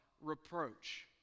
reproach